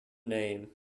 name